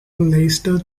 leicester